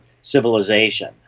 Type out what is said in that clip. civilization